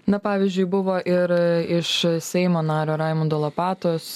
na pavyzdžiui buvo ir iš seimo nario raimundo lopatos